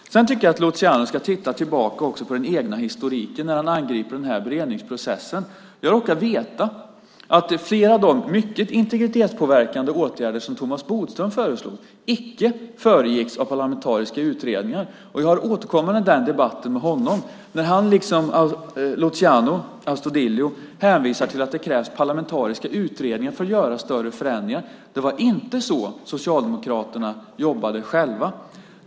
Sedan tycker jag att Luciano ska titta tillbaka också på den egna historiken när han angriper beredningsprocessen. Jag råkar veta att flera av de mycket integritetspåverkande åtgärder som Thomas Bodström föreslog icke föregicks av parlamentariska utredningar. Jag har återkommande den debatten med honom, men han liksom Luciano Astudillo hänvisar till att det krävs parlamentariska utredningar för att göra större förändringar. Det var inte så Socialdemokraterna själva jobbade.